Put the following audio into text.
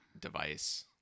device